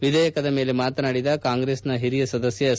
ವಿಧೇಯಕದ ಮೇಲೆ ಮಾತನಾಡಿದ ಕಾಂಗ್ರೆಸ್ ಹಿರಿಯ ಸದಸ್ಯ ಎಸ್